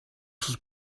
sus